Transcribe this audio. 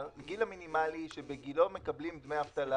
הגיל המינימלי שבגילו מקבלים דמי אבטלה